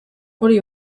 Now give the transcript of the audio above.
hori